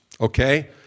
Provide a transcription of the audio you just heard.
okay